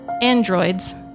androids